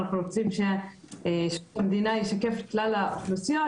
אנחנו רוצים ששירות המדינה ישקף את כלל האוכלוסיות,